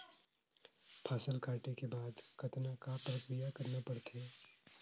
फसल काटे के बाद कतना क प्रक्रिया करना पड़थे?